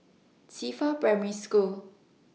Qifa Primary School